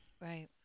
Right